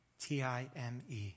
T-I-M-E